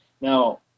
now